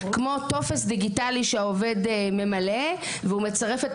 כמו טופס דיגיטלי שהעובד ממלא והוא מצרף את